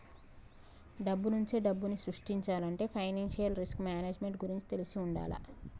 డబ్బునుంచే డబ్బుని సృష్టించాలంటే ఫైనాన్షియల్ రిస్క్ మేనేజ్మెంట్ గురించి తెలిసి వుండాల